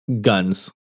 guns